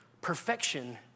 perfection